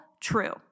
true